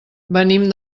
venim